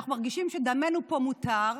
אנחנו מרגישים שדמנו פה מותר,